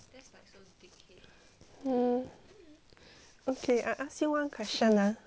mm okay I ask you one question ah